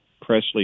Presley